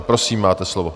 Prosím, máte slovo.